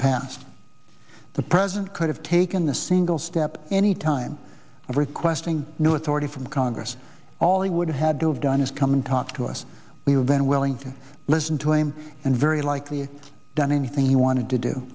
passed the president could have taken a single step any time of requesting new authority from congress all he would had to have done is come and talk to us we've been willing to listen to him and very likely done anything he wanted to do